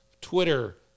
Twitter